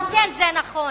גם זה נכון,